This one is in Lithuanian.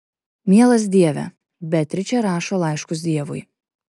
mielas dieve beatričė rašo laiškus dievui